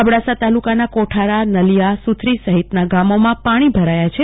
અબડાસા તાલુકાના કોઠારા નલીયા સુથરી સહિતના ગામોમાં પાણી ભરાયા છે